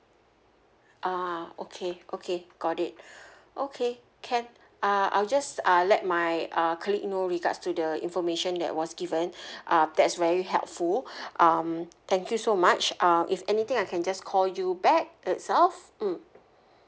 ah okay okay got it okay can uh I'll just uh let my uh colleague know regards to the information that was given uh that's very helpful um thank you so much um if anything I can just call you back itself mm